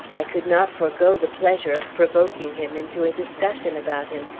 i could not forego the pleasure of provoking him into a discussion about him,